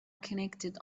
connected